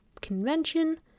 Convention